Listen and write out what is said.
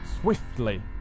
swiftly